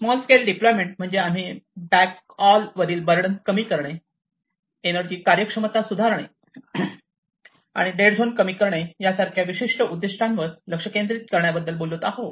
small scale deployment म्हणजे आम्ही बॅकऑलवरील बर्डन कमी करणे एनर्जी कार्यक्षमता सुधारणे आणि डेड झोन कमी करणे यासारख्या विविध उद्दीष्टांवर लक्ष केंद्रित करण्याबद्दल बोलत आहोत